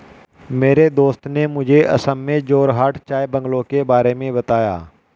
मेरे दोस्त ने मुझे असम में जोरहाट चाय बंगलों के बारे में बताया